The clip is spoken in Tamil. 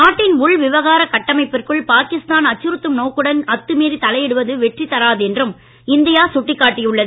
நாட்டின் உள் விவகார கட்டமைப்பிற்குள் பாகிஸ்தான் அச்சுறுத்தும் நோக்குடன் அத்துமீறி தலையிடுவது வெற்றி தராது என்றும் இந்தியா சுட்டிக் காட்டியுள்ளது